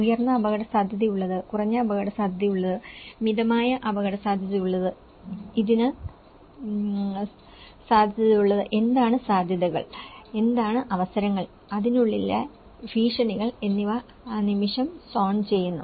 ഉയർന്ന അപകടസാധ്യതയുള്ളത് കുറഞ്ഞ അപകടസാധ്യതയുള്ളത് മിതമായ അപകടസാധ്യതയുള്ളത് ഇതിന് സാധ്യതയുള്ളത് എന്താണ് സാധ്യതകൾ എന്താണ് അവസരങ്ങൾ അതിനുള്ളിലെ ഭീഷണികൾ എന്നിവ ആ നിമിഷം സോൺ ചെയ്യുന്നു